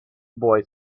boy